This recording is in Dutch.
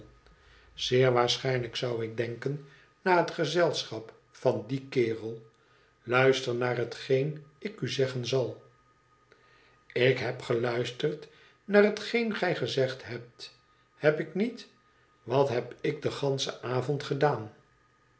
zeer waarschijnlijk zou ik denken na het gezelschap van dien kerel luister naar hetgeen ik u zeggen zal ik heb geluisterd naar hetgeen gij gezegd hebt heb ik niet wat heb ik den ganschen avond gedaan